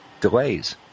delays